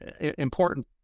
important